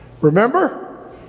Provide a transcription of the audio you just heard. remember